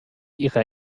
ihrer